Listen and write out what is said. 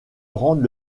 rendre